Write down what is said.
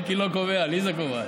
אלקין לא קובע, עליזה קובעת.